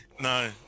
no